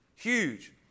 Huge